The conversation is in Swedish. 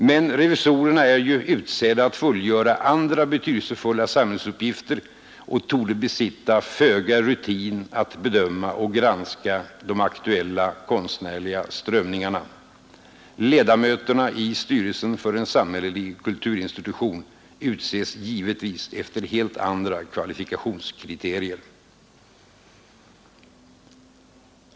Men revisorerna är ju utsedda att fullgöra andra betydelsefulla samhällsuppgifter och torde besitta föga rutin att bedöma och värdera de aktuella konstnärliga strömningarna. Ledamöterna i styrelsen för en samhällelig kulturinstitution utses givetvis efter helt andra kvalifikationskriterier.